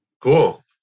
Cool